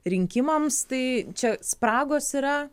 rinkimams tai čia spragos yra